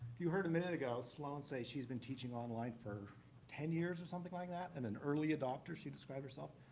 you heard a minute ago sloane say she's been teaching online for ten years or something like that? and an early adopter she described herself.